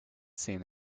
seen